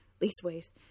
Leastways